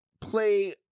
play